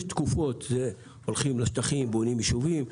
פעם הולכים לשטחים ובונים יישובים,